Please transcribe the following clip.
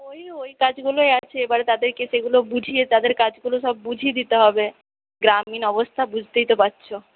ওই ওই কাজগুলোই আছে এবার তাদেরকে সেগুলো বুঝিয়ে তাদের কাজগুলো সব বুঝিয়ে দিতে হবে গ্রামীণ অবস্থা বুঝতেই তো পারছ